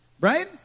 right